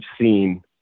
seen